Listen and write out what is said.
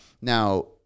now